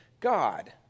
God